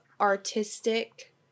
artistic